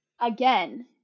Again